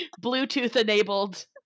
Bluetooth-enabled